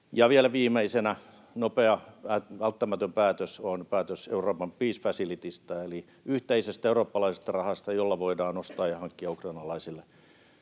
Ja vielä viimeisenä: Nopea, välttämätön päätös on päätös European Peace Facilitysta eli yhteisestä eurooppalaisesta rahasta, jolla voidaan ostaa ja hankkia ukrainalaisille